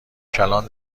کلان